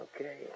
okay